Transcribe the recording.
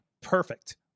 perfect